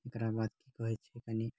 एकरा बाद होइ छै कनि